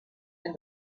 and